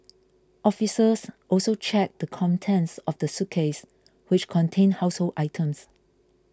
officers also checked the contents of the suitcase which contained household items